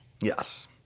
Yes